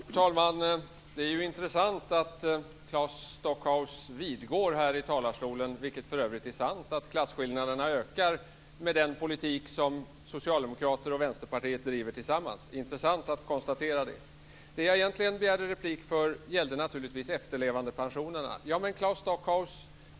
Fru talman! Det är intressant att Claes Stockhaus här i talarstolen vidgår, vilket för övrigt är sant, att klasskillnaderna ökar med den politik som Socialdemokraterna och Vänsterpartiet driver tillsammans. Det är intressant att konstatera det. Det jag egentligen begärde replik för gällde naturligtvis efterlevandepensionerna.